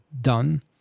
done